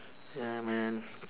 ya man